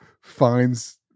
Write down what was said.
finds